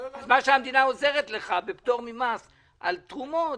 אז מה שהמדינה עוזרת לך בפטור ממס על תרומות,